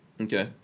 Okay